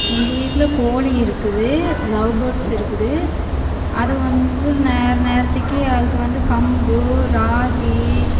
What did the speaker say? எங்கள் வீட்டில் கோழி இருக்குது லவ் பேர்ட்ஸ் இருக்குது அது வந்து நேர நேரத்துக்கு அதுக்கு வந்து கம்பு ராகி